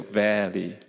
valley